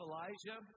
Elijah